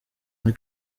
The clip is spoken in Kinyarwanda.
muri